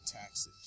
taxes